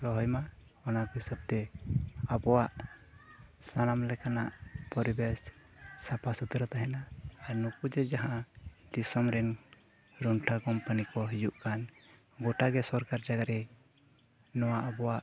ᱨᱚᱦᱚᱭ ᱢᱟ ᱚᱱᱟ ᱠᱚ ᱦᱤᱥᱟᱹᱵ ᱛᱮ ᱟᱵᱚᱣᱟᱜ ᱥᱟᱱᱟᱢ ᱞᱮᱠᱟᱱᱟᱜ ᱯᱚᱨᱤᱵᱮᱥ ᱥᱟᱯᱷᱟ ᱥᱩᱛᱨᱟᱹ ᱛᱟᱦᱮᱱᱟ ᱟᱨ ᱱᱩᱠᱩ ᱡᱮ ᱡᱟᱦᱟᱸ ᱫᱤᱥᱚᱢ ᱨᱮᱱ ᱨᱩᱱᱴᱷᱟᱹ ᱠᱚᱢᱯᱟᱱᱤ ᱠᱚ ᱦᱤᱡᱩᱜ ᱠᱟᱱ ᱜᱚᱴᱟ ᱜᱮ ᱥᱚᱨᱠᱟᱨ ᱡᱟᱜᱟᱨᱮ ᱱᱚᱣᱟ ᱟᱵᱚᱣᱟᱜ